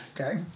Okay